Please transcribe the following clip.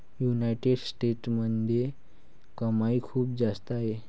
United स्टेट्समध्ये कमाई खूप जास्त आहे